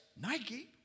Nike